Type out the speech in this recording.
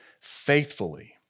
faithfully